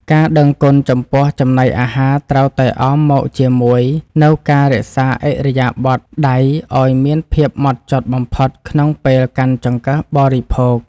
ការដឹងគុណចំពោះចំណីអាហារត្រូវតែអមមកជាមួយនូវការរក្សាឥរិយាបថដៃឱ្យមានភាពហ្មត់ចត់បំផុតក្នុងពេលកាន់ចង្កឹះបរិភោគ។